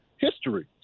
history